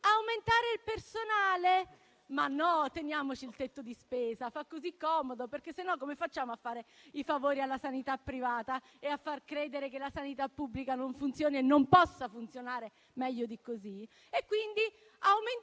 l'aumento del personale. Ma no: teniamoci il tetto di spesa, fa così comodo, altrimenti come si fa a fare i favori alla sanità privata e a far credere che la sanità pubblica non funziona e non possa funzionare meglio di così?